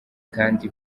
kandi